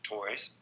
Toys